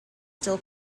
still